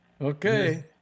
okay